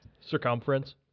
circumference